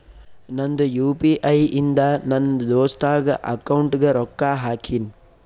ನಂದ್ U P I ಇಂದ ನನ್ ದೋಸ್ತಾಗ್ ಅಕೌಂಟ್ಗ ರೊಕ್ಕಾ ಹಾಕಿನ್